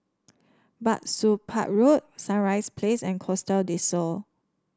Bah Soon Pah Road Sunrise Place and Costa Del Sol